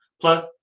Plus